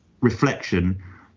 reflection